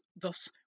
thus